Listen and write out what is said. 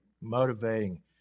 motivating